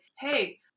hey